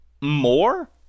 more